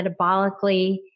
metabolically